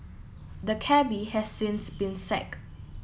the cabby has since been sacked